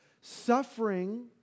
Suffering